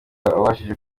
wabashije